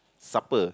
supper